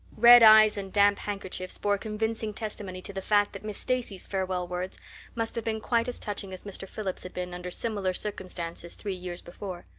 red eyes and damp handkerchiefs bore convincing testimony to the fact that miss stacy's farewell words must have been quite as touching as mr. phillips's had been under similar circumstances three years before.